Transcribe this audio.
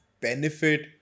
benefit